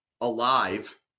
alive